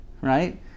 Right